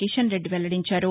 కిషన్ రెడ్డి వెల్లడించారు